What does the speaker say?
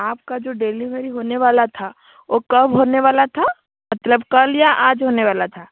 आपका जो डेलिवरी होने वाला था वो कब होने वाला था मतलब कल या आज होने वाला था